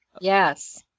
Yes